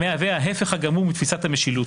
המהווה ההיפך הגמור מתפיסת המשילות,